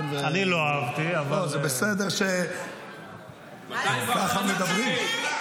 אני לא אהבתי, אבל --- זה בסדר שככה מדברים?